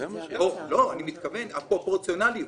אני מתכוון לפרופורציונאליות.